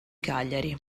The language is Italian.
cagliari